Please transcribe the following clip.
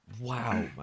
wow